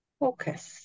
focus